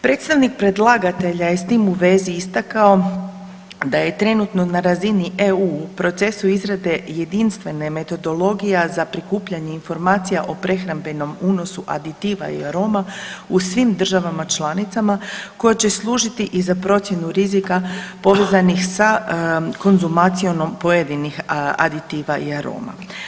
Predstavnik predlagatelja je s tim u vezi istakao da je trenutno na razini EU u procesu izrade jedinstvena metodologija za prikupljanje informacija o prehrambenom unosu aditiva i aroma u svim državama članicama koje će služiti i za procjenu rizika povezanih sa konzumacijom pojedinih aditiva i aroma.